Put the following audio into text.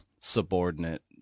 subordinate